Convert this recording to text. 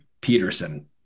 peterson